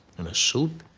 in a suit?